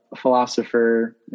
philosopher